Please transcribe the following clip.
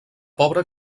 pobra